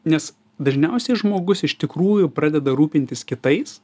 nes dažniausiai žmogus iš tikrųjų pradeda rūpintis kitais